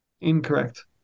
Incorrect